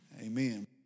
amen